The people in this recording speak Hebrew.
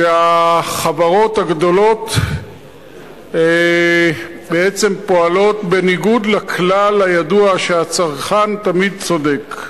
כשהחברות הגדולות בעצם פועלות בניגוד לכלל הידוע שהצרכן תמיד צודק.